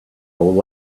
all